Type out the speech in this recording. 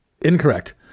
Incorrect